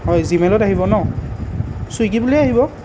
হয় জিমেইলত আহিব ন চুইগি বুলিয়ে আহিব